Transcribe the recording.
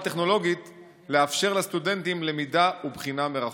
טכנולוגית לאפשר לסטודנטים למידה ובחינה מרחוק?